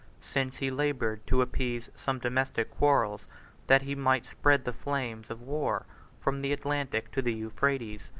since he labored to appease some domestic quarrels that he might spread the flames of war from the atlantic to the euphrates.